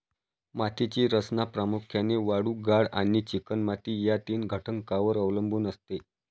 मातीची रचना प्रामुख्याने वाळू, गाळ आणि चिकणमाती या तीन घटकांवर अवलंबून असते